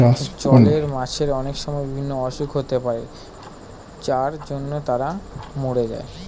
জলের মাছের অনেক সময় বিভিন্ন অসুখ হতে পারে যার জন্য তারা মোরে যায়